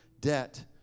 debt